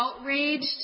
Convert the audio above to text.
outraged